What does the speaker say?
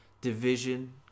Division